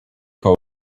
coat